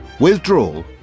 Withdrawal